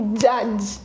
judge